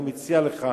אני מציע לך,